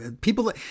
people